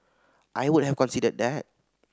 I would have considered that